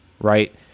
right